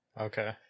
Okay